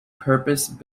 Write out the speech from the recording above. purpose